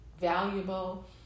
valuable